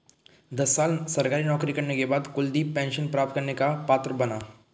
दस साल सरकारी नौकरी करने के बाद कुलदीप पेंशन प्राप्त करने का पात्र बना